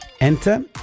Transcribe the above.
enter